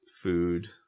food